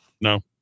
No